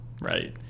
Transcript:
right